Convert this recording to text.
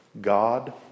God